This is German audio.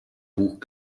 buch